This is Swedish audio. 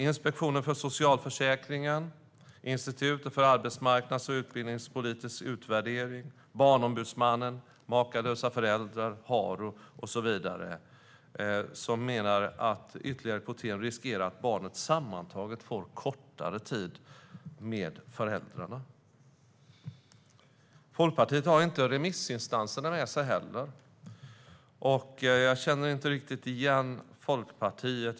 Inspektionen för socialförsäkringen, Institutet för arbetsmarknads och utbildningspolitisk utvärdering, Barnombudsmannen, Makalösa Föräldrar, Haro med flera menar att ytterligare kvotering riskerar att leda till att barnet sammantaget får kortare tid med föräldrarna. Folkpartiet har inte remissinstanserna med sig heller. Jag känner inte riktigt igen Folkpartiet.